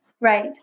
Right